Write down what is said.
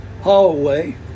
hallway